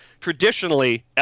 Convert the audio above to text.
traditionally